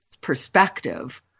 perspective